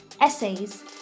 essays